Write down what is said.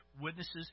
witnesses